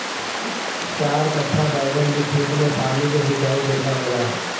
चार कट्ठा बैंगन के खेत में पानी के सिंचाई केतना होला?